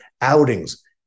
outings